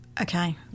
Okay